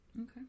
Okay